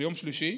ביום שלישי,